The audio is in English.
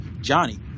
Johnny